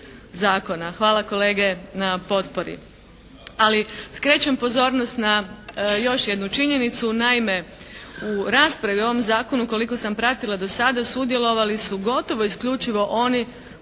Hvala kolege na potpori.